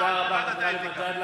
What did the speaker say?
תודה רבה, אדוני סגן השר.